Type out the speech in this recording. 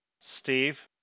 Steve